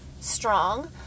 strong